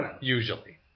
usually